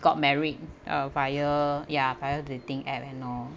got married uh via ya via dating app and all